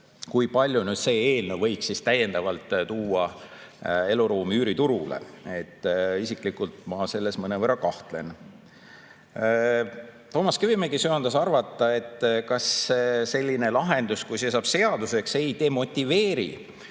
kui palju see eelnõu võiks tuua täiendavaid eluruume üüriturule. Ma isiklikult selles mõnevõrra kahtlen. Toomas Kivimägi söandas arvata, et kas selline lahendus, kui see saab seaduseks, ei demotiveeri